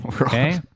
Okay